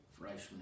freshman